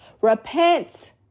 Repent